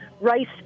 rice